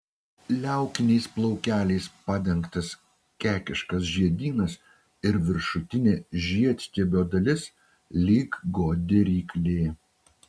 liaukiniais plaukeliais padengtas kekiškas žiedynas ir viršutinė žiedstiebio dalis lyg godi ryklė